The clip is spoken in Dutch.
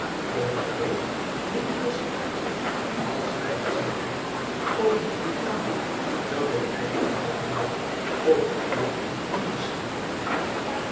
week komende week riep mercy uit als gij gezegd hadt komend kwartaal zou ik mij verwonderd hebben over uw onbeschaamdheid